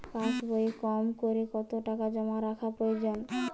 পাশবইয়ে কমকরে কত টাকা জমা রাখা প্রয়োজন?